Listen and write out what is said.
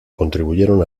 contribuyeron